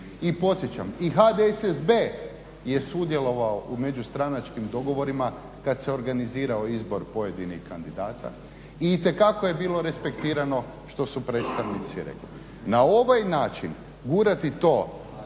I podsjećam i HDSSB je sudjelovao u međustranačkim dogovorima kad se organizirao izbor pojedinih kandidata i itekako je bilo respektirano što su predstavnici rekli. Na ovaj način gurati to,